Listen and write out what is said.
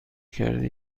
کرده